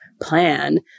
plan